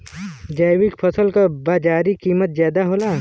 जैविक फसल क बाजारी कीमत ज्यादा होला